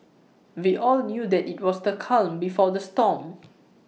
we all knew that IT was the calm before the storm